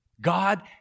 God